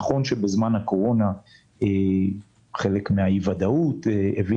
נכון שבזמן הקורונה חלק מהאי-ודאות הביא